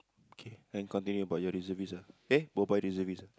okay then continue about your reservist ah eh reservist ah